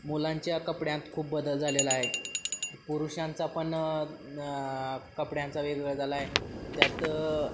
मुलांच्या कपड्यांत खूप बदल झालेला आहे पुरुषांचा पण कपड्यांचा वेगवेगळ्या झालाय त्यात